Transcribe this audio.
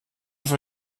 für